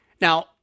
Now